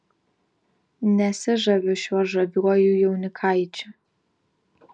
nesižaviu šiuo žaviuoju jaunikaičiu